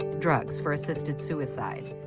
drugs for assisted suicide.